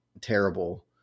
terrible